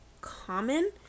common